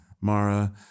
Mara